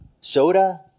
soda